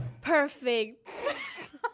Perfect